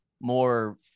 more